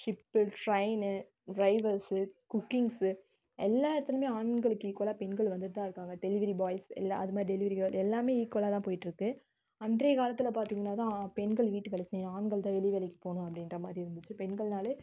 ship train drivers cookings எல்லா இடத்துலயுமே ஆண்களுக்கு ஈக்குவலாக பெண்கள் வந்துட்டு தான் இருக்காங்க டெலிவரி பாய்ஸ் எல்லா அது மாதிரி டெலிவரி கேர்ள் எல்லாமே ஈக்குவலாக தான் போயிட்டு இருக்குது அன்றைய காலத்தில் பார்த்திங்கன்னா தான் பெண்கள் வீட்டு வேலை செய்யணும் ஆண்கள் தான் வெளி வேலைக்கு போகணும் அப்படின்ற மாதிரி இருந்துச்சு பெண்கள்னாலே